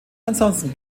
ansonsten